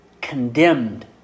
condemned